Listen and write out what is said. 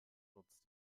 nutzt